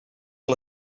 que